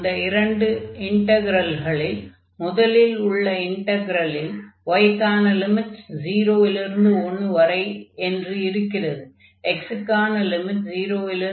அந்த இரண்டு இன்டக்ரல்களில் முதலில் உள்ள இன்டக்ரலில் y க்கான லிமிட்ஸ் 0 இலிருந்து 1 வரை என்று இருக்கிறது x க்கான லிமிட்ஸ் 0 இலிருந்து y வரை என்று இருக்கிறது